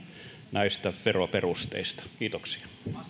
näistä veroperusteista kiitoksia